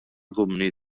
gwmni